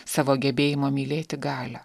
savo gebėjimo mylėti galią